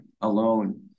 alone